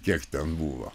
kiek ten buvo